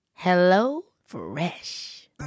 HelloFresh